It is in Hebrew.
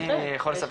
יכול לספר